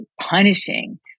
punishing